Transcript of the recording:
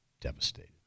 devastated